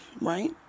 right